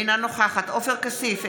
אינה נוכחת עופר כסיף,